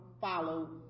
follow